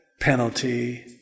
penalty